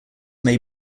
may